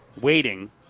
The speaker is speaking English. waiting